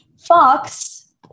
Fox